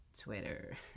twitter